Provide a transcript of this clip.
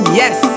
yes